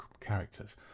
characters